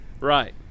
right